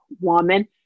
woman